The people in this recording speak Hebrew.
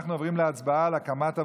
אנחנו עוברים להצבעה על הקמת הוועדות,